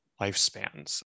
lifespans